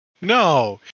No